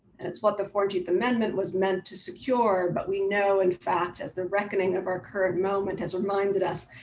and it's what the fourteenth amendment was meant to secure. but we know in fact as the reckoning of our current moment has reminded us,